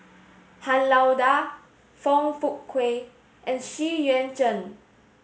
Han Lao Da Foong Fook Kay and Xu Yuan Zhen